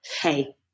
hey